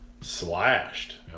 slashed